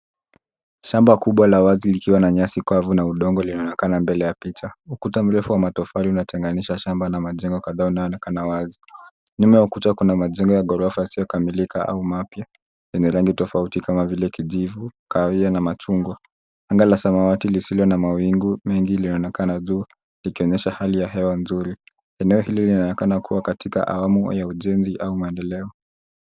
Shamba kubwa la wazi likiwa na nyasi kavu na udongo linaonekana mbele ya picha. Ukuta mrefu wa matofali unatenganisha shamba na majengo kadhaa inaoonekana wazi. Nyuma ya ukuta kuna majengo ya ghorofa isiyokamilika au mapya yenye rangi tofauti kama vile kijivu, kahawia na machungwa. Anga la samawati lisilo na mawingu mengi laonekana juu, likionyesha hali ya hewa nzuri. Eneo hili linaonekana kuwa katika hamu ya ujenzi au maendeleo.